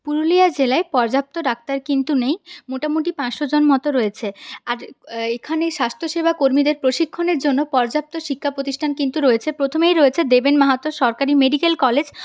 পুরুলিয়া জেলায় পর্যাপ্ত ডাক্তার কিন্তু নেই মোটামুটি পাঁচশো জন মতো রয়েছে আর এখানে স্বাস্থ্যসেবা কর্মীদের প্রশিক্ষণের জন্য পর্যাপ্ত শিক্ষাপ্রতিষ্ঠান কিন্তু রয়েছে প্রথমেই রয়েছে দেবেন মাহাতো সরকারি মেডিকেল কলেজ